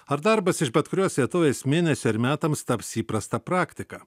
ar darbas iš bet kurios vietovės mėnesiui ar metams taps įprasta praktika